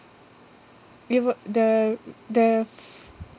it w~ the the